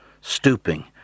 stooping